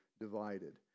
divided